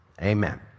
amen